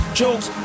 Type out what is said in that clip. jokes